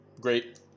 Great